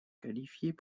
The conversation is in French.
qualifiés